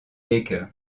baker